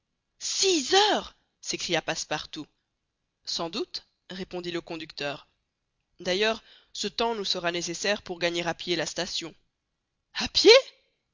six heures s'écria passepartout sans doute répondit le conducteur d'ailleurs ce temps nous sera nécessaire pour gagner à pied la station a pied